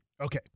Okay